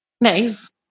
Nice